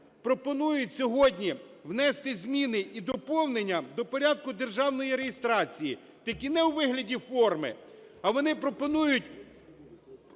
пропонують сьогодні внести зміни і доповнення до порядку державної реєстрації, тільки не у вигляді форми, а вони пропонують